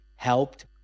Helped